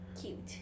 cute